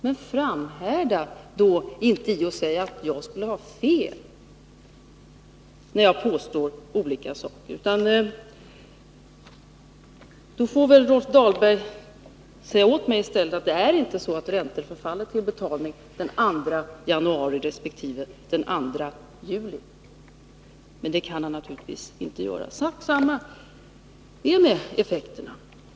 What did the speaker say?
Men framhärda då inte med att säga att jag skulle ha fel när jag påstår olika saker! Rolf Dahlberg får väl då i stället säga åt mig att det inte är så att räntor förfaller till betalning den 2 januari resp. den 2 juli. Men det kan han naturligtvis inte göra. Sak samma är det med effekterna.